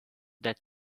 that